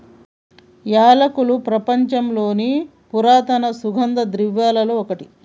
యాలకులు ప్రపంచంలోని పురాతన సుగంధ ద్రవ్యలలో ఒకటి